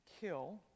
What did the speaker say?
kill